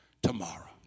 tomorrow